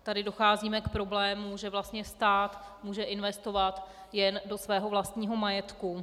Tady docházíme k problému, že vlastně stát může investovat jen do svého vlastního majetku.